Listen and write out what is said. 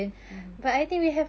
mmhmm